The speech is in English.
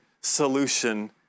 solution